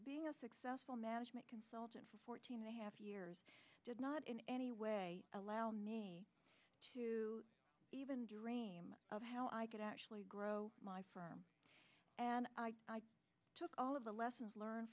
being a successful management consultant for fourteen and a half years did not in any way allow me to even dream of how i could actually grow my firm and i took all of the lessons learned